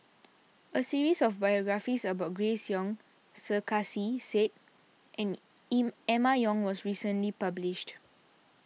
a series of biographies about Grace Young Sarkasi Said and Emma Yong was recently published